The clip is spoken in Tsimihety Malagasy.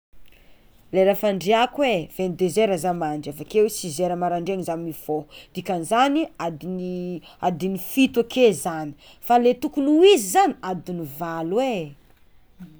Lera fandriàko e vingt deux heure zah mandry avekeo six heure maraindraigna zah mifoh dikan'izany adin'ny adin'ny fito ake zany fa tokony ho izy zany adin'ny valo e.